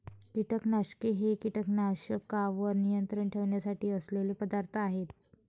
कीटकनाशके हे कीटकांवर नियंत्रण ठेवण्यासाठी असलेले पदार्थ आहेत